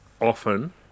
often